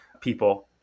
people